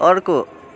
अर्को